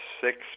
six